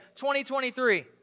2023